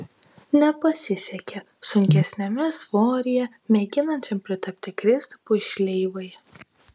nepasisekė sunkesniame svoryje mėginančiam pritapti kristupui šleivai